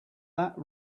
that